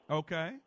okay